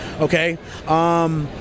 Okay